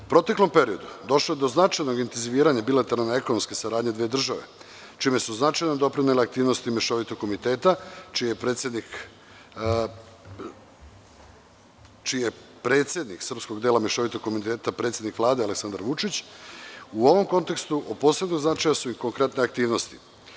U proteklom periodu, došlo je do značajnog intenziviranja bilateralne ekonomske saradnje dve države, čime su značajno doprinele aktivnosti mešovitog komiteta, čiji je predsednik srpskog dela mešovitog komiteta predsednik Vlade Aleksandar Vučić, a u ovom kontekstu, od posebnog značaja su i konkretne aktivnosti.